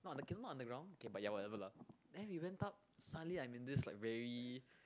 not k it's not underground okay but ya whatever lah then we went up suddenly I'm in this like very